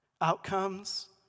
outcomes